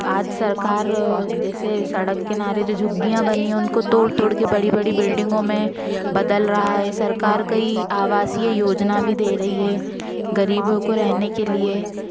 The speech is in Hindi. आज सरकार जैसे सड़क किनारे जो झुग्गीयाँ बनी है उनको तोड़ तोड़ के बड़ी बड़ी बिल्डिगों में बदल रहा है सरकार कई आवासीय योजना भी दे रही है गरीबों के रहने के लिए